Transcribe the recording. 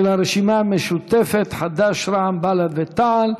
של הרשימה המשותפת, חד"ש, רע"מ, בל"ד ותע"ל.